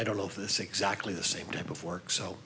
i don't know if this exactly the same type of work so